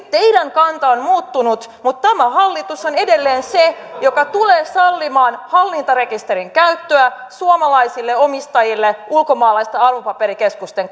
teidän kantanne on muuttunut mutta tämä hallitus on edelleen se joka tulee sallimaan hallintarekisterin käytön suomalaisille omistajille ulkomaalaisten arvopaperikeskusten